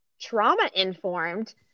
trauma-informed